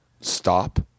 stop